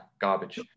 garbage